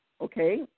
okay